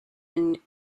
and